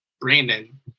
Brandon